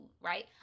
right